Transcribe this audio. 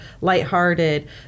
lighthearted